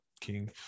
King